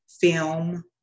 film